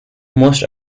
most